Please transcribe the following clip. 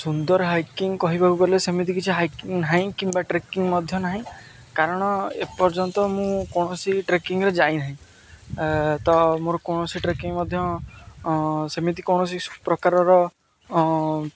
ସୁନ୍ଦର hiking କହିବାକୁ ଗଲେ ସେମିତି କିଛି ହାଇକିଂ ନାହିଁ କିମ୍ବା ଟ୍ରେକିଂ ମଧ୍ୟ ନାହିଁ କାରଣ ଏପର୍ଯ୍ୟନ୍ତ ମୁଁ କୌଣସି ଟ୍ରେକିଂରେ ଯାଇନାହିଁ ତ ମୋର କୌଣସି ଟ୍ରେକିଂ ମଧ୍ୟ ସେମିତି କୌଣସି ପ୍ରକାରର